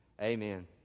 Amen